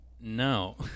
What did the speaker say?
No